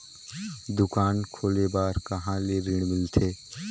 दुकान खोले बार कहा ले ऋण मिलथे?